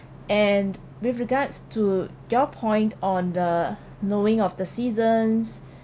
and with regards to your point on uh knowing of the seasons